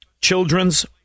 Children's